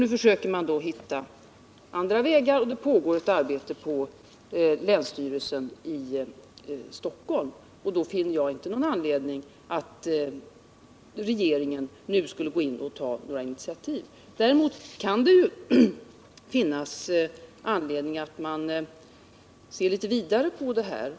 Man försöker därför hitta andra vägar, och arbetet med det pågår i länsstyrelsen i Stockholms län. Jag finner därför inte något skäl för regeringen att nu ta ett initiativ i frågan. Däremot kan det finnas anledning att se litet vidare på denna sak.